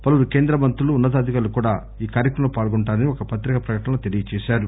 పలువురు కేంద్ర మంత్రులు ఉన్న తాధికారులు కూడా ఈ కార్యక్రమంలో పాల్గొంటారని ఒక పత్రికా ప్రకటనలో తెలియజేశారు